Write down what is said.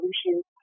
solutions